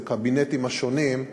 בקבינטים השונים,